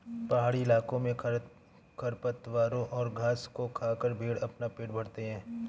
पहाड़ी इलाकों में खरपतवारों और घास को खाकर भेंड़ अपना पेट भरते हैं